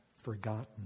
forgotten